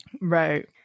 Right